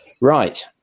Right